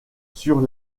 sur